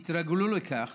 התרגלו לכך